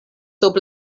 sub